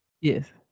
yes